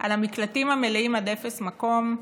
על המקלטים המלאים עד אפס מקום,